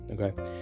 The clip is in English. Okay